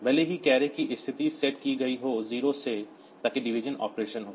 भले ही कैरी की स्थिति सेट की गई हो 0 से ताकि डिवीजन ऑपरेशन हो